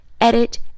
edit